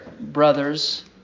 brothers